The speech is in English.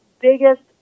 biggest